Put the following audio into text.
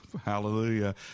Hallelujah